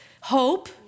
hope